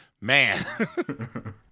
man